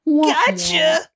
Gotcha